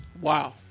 Wow